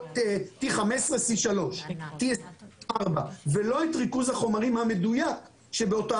C3 ולא את ריכוז החומרים המדויק שבאותה